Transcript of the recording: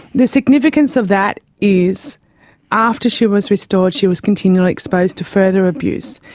the significance of that is after she was restored she was continually exposed to further abuse.